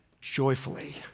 joyfully